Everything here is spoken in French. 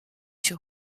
sur